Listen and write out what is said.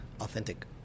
authentic